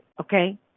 Okay